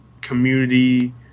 community